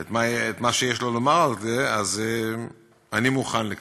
את מה שיש לו לומר על זה, אני מוכן לכך.